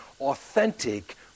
authentic